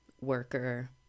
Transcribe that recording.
worker